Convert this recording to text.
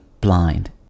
blind